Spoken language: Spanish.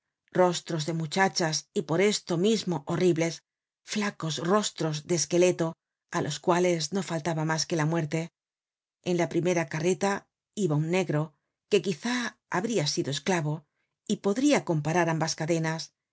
rostros de muchachas y por esto mismo horribles flacos rostros de esqueleto á los cuales no faltaba mas que la muerte en la primera carreta iba un negro que quizá habria sido esclavo y podria comparar ambas cadenas